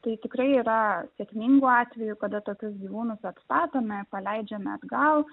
tai tikrai yra sėkmingų atvejų kada tokius gyvūnus atstatome paleidžiame atgal